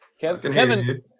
Kevin